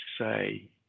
say